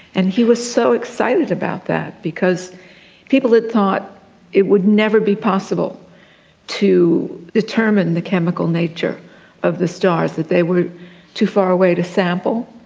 and he was so excited about that because people had thought it would never be possible to determine the chemical nature of the stars, that they were too far away to sample,